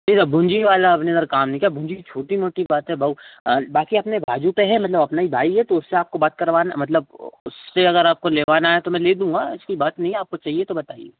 यह भुंजी वाला अपने इधर काम नहीं क्या भुंजी छोटी मोटी बात है भाऊ बाक़ी अपने बाजू पर है मतलब अपना ही भाई है तो उससे आपको बात करवाना है मतलब वो उससे अगर आपको लेवाना है तो मैं ले दूँगा ऐसी बात नहीं है आपको चाहिए तो बताइए